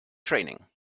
training